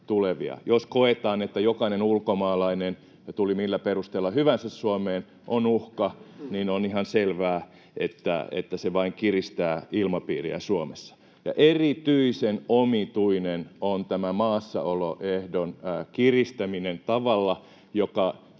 Jos koetaan, että jokainen ulkomaalainen, tuli Suomeen millä perusteella hyvänsä, on uhka, niin on ihan selvää, että se vain kiristää ilmapiiriä Suomessa. Erityisen omituinen on maassaoloehdon kiristäminen tavalla, joka